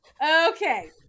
Okay